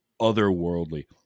otherworldly